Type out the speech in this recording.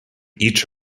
each